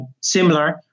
similar